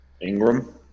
Ingram